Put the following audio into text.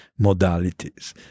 modalities